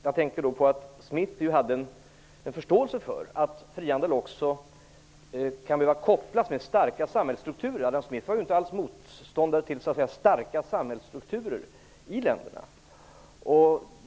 Jag tänker då på att Smith hade en förståelse för att frihandel också kan behöva kopplas med starka samhällsstrukturer. Adam Smith var inte alls motståndare till starka samhällsstrukturer i länderna.